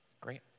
Great